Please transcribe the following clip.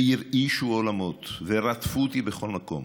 והרעישו עולמות, ורדפו אותי בכל מקום,